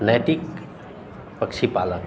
नैतिक पक्षी पालन